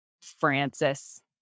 Francis